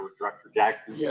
director jackson. yeah